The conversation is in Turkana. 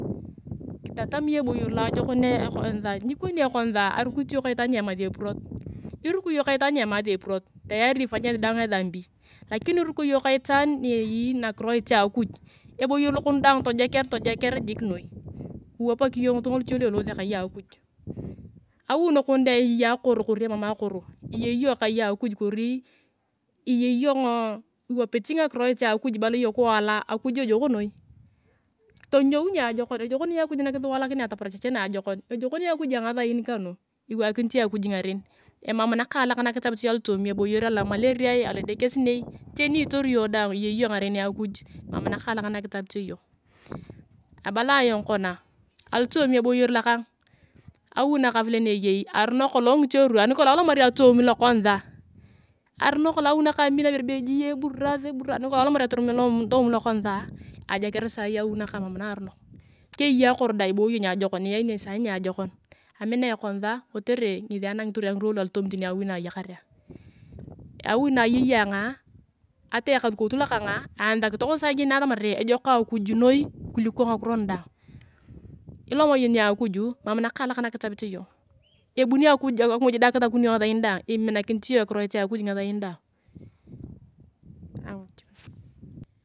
Kitatami eboyer loa jokon ekanisa, nikoni ekanisa arukit iyong ka itaan ni emasi epuroot. iruko iyong ka itaan niemasi epurot tayari epanya esi daang eehambi. lakini iruko iyong ka ifaan nieyei tooma nakiroit akuj eboyer lokon daang tojeker, tojeker jik noi kiwapak iyong ngilunga luche lu eloose kai akuj. awi nakon deng eyei akoro kori emam akorio iyei iyong kai akuj kori, iyei iyongo iwopit akiroit akuj ibala iyong akuj a ngasain kanu iwakinit iyong akun ngaren emam nakalak na kitapete iyong alootomi eboyer, alomaleriae alodekesinei, tani ni itori iyong daang iyei iyong ngaren akuj mam nakalak na kitapito. iyong abalaa ayonga kona alootomi eboyer lokang, awi nakanh vile ni eyei aruno kolonh ngiche ruwa, ani alomani toomi lokanisa, ajeker sai awi nakang emam narunok. keyei akoro deng iboyo niajekaa iyanio sai niajekou, amina ayong ekanisa kotere ngesi ananigtor ayong ngirwa ne alotomini tani awi na eyansak sai akiyen atamar ejok akuj moi kuliko ngakuro nu daang iloma iyong nia akuju mam nakaalak na kifapito iyong ebuni akimuj deng kisakuni iyong ngasain daang iminakinit iyong akiroit akuj ngasain dang.